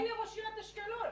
מילא ראש עיריית אשקלון.